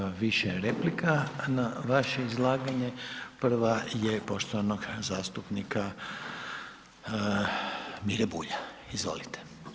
Imamo više replika na vaše izlaganje, prva je poštovanog zastupnika Mire Bulja, izvolite.